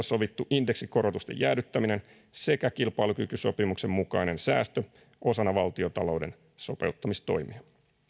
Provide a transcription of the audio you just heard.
sovittu indeksikorotusten jäädyttäminen sekä kilpailukykysopimuksen mukainen säästö osana valtiontalouden sopeuttamistoimia